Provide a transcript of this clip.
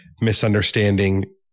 misunderstanding